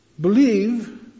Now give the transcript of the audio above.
believe